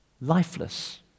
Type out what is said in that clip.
lifeless